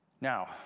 Now